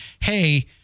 Hey